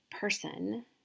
person